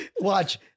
Watch